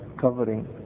covering